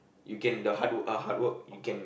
you can the hard work ah hard work you can